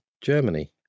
Germany